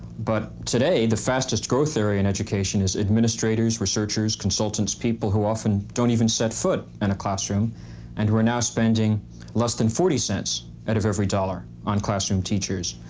but today the fastest growth area in education is administrators, researchers, consultants people who often don't even set foot in a classroom and we are now spending less than forty cents out of every dollar on classroom teachers.